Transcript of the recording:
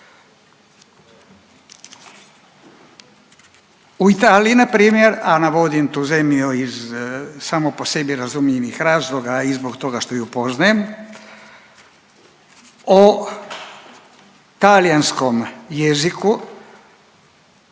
U Italiji, npr. a navodim tu zemlju iz samo po sebi razumljivih razloga i zbog toga što ju poznajem, o talijanskom jeziku